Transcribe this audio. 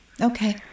Okay